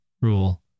Rule